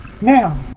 Now